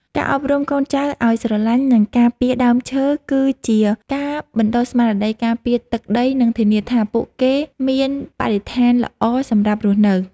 ការអប់រំកូនចៅឱ្យស្រឡាញ់ និងការពារដើមឈើគឺជាការបណ្តុះស្មារតីការពារទឹកដី និងធានាថាពួកគេមានបរិស្ថានល្អសម្រាប់រស់នៅ។